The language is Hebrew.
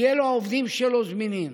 העובדים שלו יהיו זמינים.